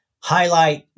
highlight